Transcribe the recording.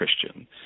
Christian